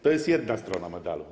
To jest jedna strona medalu.